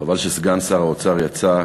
חבל שסגן שר האוצר יצא,